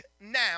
now